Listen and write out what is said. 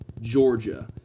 Georgia